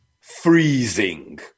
freezing